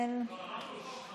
החברות (תיקון מס'